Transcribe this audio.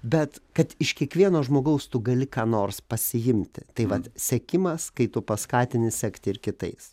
bet kad iš kiekvieno žmogaus tu gali ką nors pasiimti tai vat sekimas kai tu paskatini sekti ir kitais